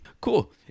Cool